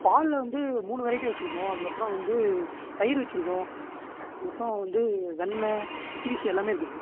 பாலில் வந்து மூணு வெரைட்டி வெச்சுருக்கோம் அதுக்கப்புறம் வந்து தயிர் வெச்சுருக்கோம் அதுக்கப்புறம் வந்து வெண்ண சீஸ்ஸு எல்லாமே இருக்குது சார்